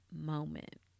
moment